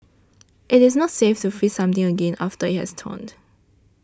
it is not safe to freeze something again after it has thawed